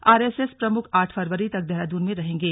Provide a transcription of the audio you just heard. are S S प्रमुख आठ फरवरी तक देहरादून में रहेंगे